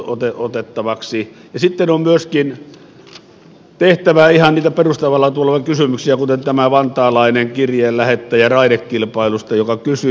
sitten on myöskin tehtävä ihan niitä perustavaa laatua olevia kysymyksiä kuten tämä vantaalainen kirjeen lähettäjä joka kysyy raidekilpailusta